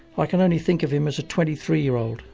i can only think of him as a twenty three year old,